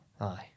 Aye